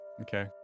Okay